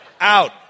Out